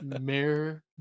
Mayor